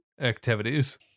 activities